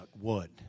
wood